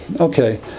Okay